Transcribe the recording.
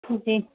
جی